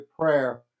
prayer